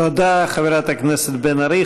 תודה, חברת הכנסת בן ארי.